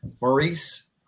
maurice